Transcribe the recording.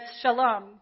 shalom